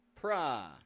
pra